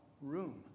room